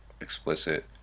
explicit